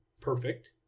perfect